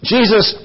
Jesus